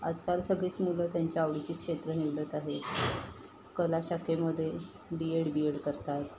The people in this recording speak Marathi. आजकाल सगळीच मुलं त्यांच्या आवडीची क्षेत्रं निवडत आहेत कलाशाखेमध्ये डी एड बी एड करतात